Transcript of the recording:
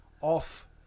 off